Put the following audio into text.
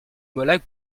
molac